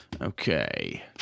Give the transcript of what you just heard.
Okay